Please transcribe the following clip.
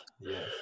yes